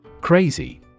Crazy